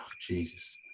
Jesus